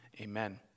Amen